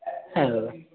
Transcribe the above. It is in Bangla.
হ্যাঁ দাদা